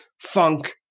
funk